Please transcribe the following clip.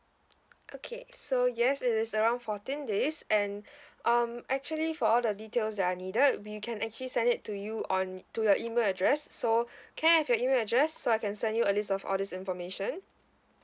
okay so yes it is around fourteen days and um actually for all the details that are needed we can actually send it to you on to your email address so can I have your email address so I can send you a list of all this information